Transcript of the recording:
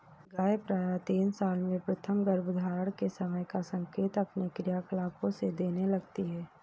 गाय प्रायः तीन साल में प्रथम गर्भधारण के समय का संकेत अपने क्रियाकलापों से देने लगती हैं